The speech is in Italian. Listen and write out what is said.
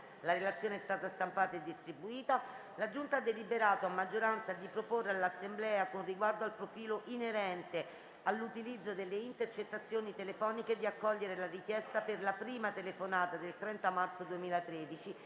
elezioni e delle immunità parlamentari ha deliberato, a maggioranza, di proporre all'Assemblea, con riguardo al profilo inerente all'utilizzo delle intercettazioni telefoniche, di accogliere la richiesta per la prima telefonata (del 30 marzo 2013)